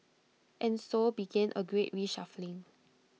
and so began A great reshuffling